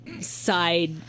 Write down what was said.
side